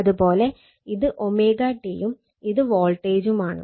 അത് പോലെ ഇത് ω t യും ഇത് വോൾട്ടെജും ആണ്